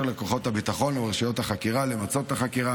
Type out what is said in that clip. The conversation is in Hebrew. לכוחות הביטחון ולרשויות החקירה למצות את החקירה